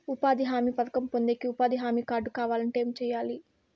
ఉపాధి హామీ పథకం పొందేకి ఉపాధి హామీ కార్డు కావాలంటే ఏమి సెయ్యాలి?